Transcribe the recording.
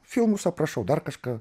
filmus aprašau dar kažką